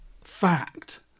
fact